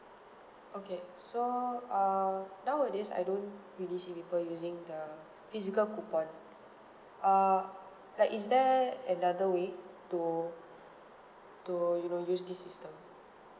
okay so err nowadays I don't really see people using the physical coupon uh like is there another way to to you know use this system